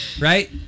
Right